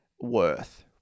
worth